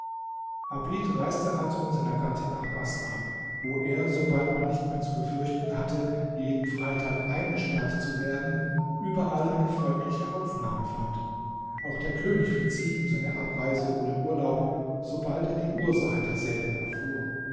abid reiste also mit seiner gattin nach baßrah wo er sobald man nicht mehr zu befürchten hatte jeden freitag eingesperrt zu werden überall eine freundliche aufnahme fand auch der könig verzieh ihm seine abreise ohne urlaub sobald er die ursache derselben erfuhr